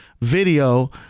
video